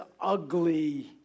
ugly